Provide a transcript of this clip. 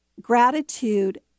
Gratitude